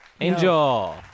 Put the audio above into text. Angel